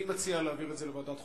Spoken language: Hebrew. אני מציע להעביר את זה לוועדת החוקה,